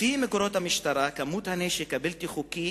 לפי מקורות המשטרה, כמות הנשק הבלתי-חוקי